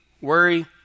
worry